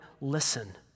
listen